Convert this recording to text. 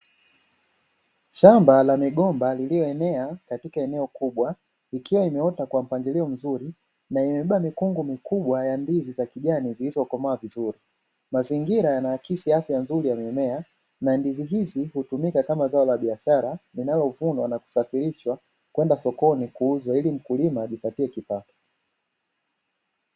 Shamba la migomba lililoenea katika eneo kubwa ikiwa imeota kwa mpangilio mzuri na imebeba mikungu mikubwa ya ndizi za kijani zilizokomaa vizuri. Mazingira yanaakisi afya nzuri ya mimea na ndizi hizi hutumika kama zao la biashara linalovunwa na kusafirishwa kwenda sokoni kuuzwa ili mkulima ajipatie kipato.